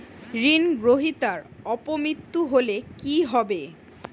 ঋণ গ্রহীতার অপ মৃত্যু হলে কি হবে?